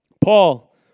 Paul